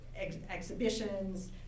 exhibitions